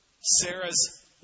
Sarah's